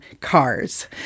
Cars